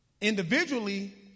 Individually